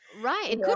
right